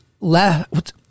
left